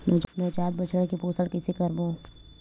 नवजात बछड़ा के पोषण कइसे करबो?